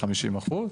50 אחוז,